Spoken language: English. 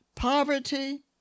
Poverty